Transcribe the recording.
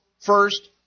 first